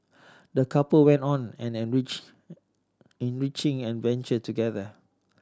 the couple went on an enrich enriching adventure together